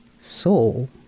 soul